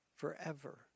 Forever